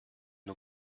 eau